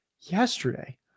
Yesterday